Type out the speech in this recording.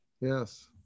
yes